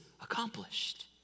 accomplished